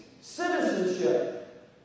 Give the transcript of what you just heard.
citizenship